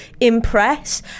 impress